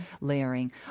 layering